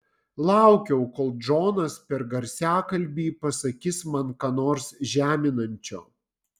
laukiau kol džonas per garsiakalbį pasakys man ką nors žeminančio